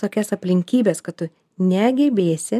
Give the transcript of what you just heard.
tokias aplinkybes kad tu negebėsi